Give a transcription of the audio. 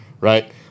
right